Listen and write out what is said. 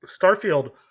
starfield